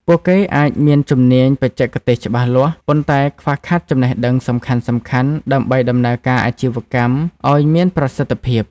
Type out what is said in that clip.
ពួកគេអាចមានជំនាញបច្ចេកទេសច្បាស់លាស់ ប៉ុន្តែខ្វះខាតចំណេះដឹងសំខាន់ៗដើម្បីដំណើរការអាជីវកម្មឱ្យមានប្រសិទ្ធភាព។